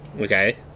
Okay